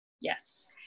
Yes